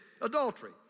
adultery